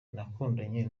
nakundanye